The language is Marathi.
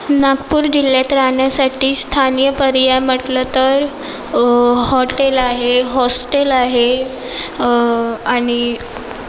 नागपूर जिल्ह्यात राहण्यासाठी स्थानीय पर्याय म्हटलं तर हॉटेल आहे हॉस्टेल आहे आणि